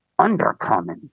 Undercommon